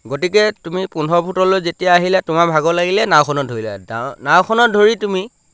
গতিকে তুমি পোন্ধৰ ফুটলৈ যেতিয়া আহিলে তোমাৰ ভাগৰ লাগিলে নাওখনত ধৰিলা নাওখনত ধৰি তুমি